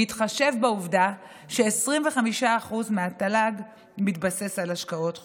בהתחשב בעובדה ש-25% מהתל"ג מתבסס על השקעות חוץ.